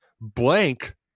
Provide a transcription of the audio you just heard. blank